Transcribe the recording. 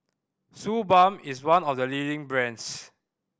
Suu Balm is one of the leading brands